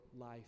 life